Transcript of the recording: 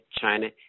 China